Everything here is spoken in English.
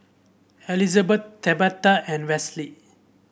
Elizabet Tabatha and Wesley